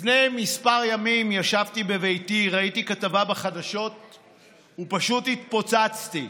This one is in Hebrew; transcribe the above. לפני כמה ימים ישבתי בביתי וראיתי כתבה בחדשות ופשוט התפוצצתי.